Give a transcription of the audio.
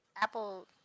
apple